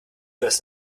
das